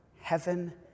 heaven